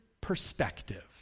perspective